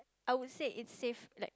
I would say it's safe like